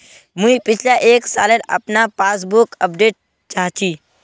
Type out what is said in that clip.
मुई पिछला एक सालेर अपना पासबुक अपडेट चाहची?